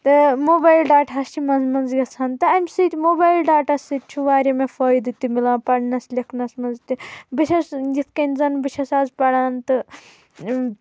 تہٕ موبایل ڈاٹاہس چھِ منٛزٕ منٛزٕ گژھان تہٕ امہِ سۭتۍ موبایل ڈاٹا سۭتۍ چھُ واریاہ مےٚ فٲیدٕ تہِ مِلان پرنس لٮ۪کھنس منٛز تہِ بہٕ چھس یِتھ کٔنۍ زن بہٕ چھس آز پران تہٕ